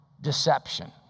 deception